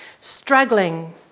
Struggling